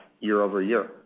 year-over-year